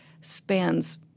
spans